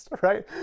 right